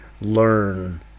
learn